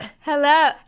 hello